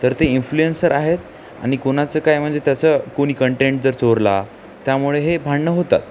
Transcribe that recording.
तर ते इन्फ्लुएंसर आहेत आणि कोणाचं काय म्हणजे त्याचं कोणी कंटेंट जर चोरला त्यामुळे हे भांडणं होतात